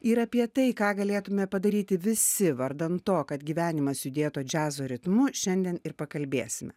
ir apie tai ką galėtume padaryti visi vardan to kad gyvenimas judėtų džiazo ritmu šiandien ir pakalbėsime